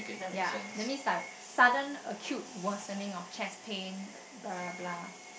ya that means like sudden acute worsening of chest pain blah blah blah